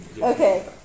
Okay